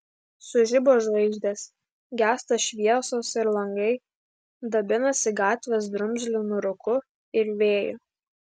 sužibo žvaigždės gęsta šviesos ir langai dabinasi gatvės drumzlinu rūku ir vėju